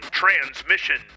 transmission